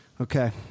okay